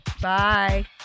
Bye